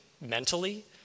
mentally